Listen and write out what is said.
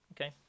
Okay